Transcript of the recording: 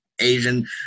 Asian